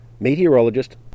Meteorologist